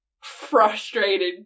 frustrated